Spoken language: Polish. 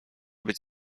być